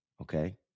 Okay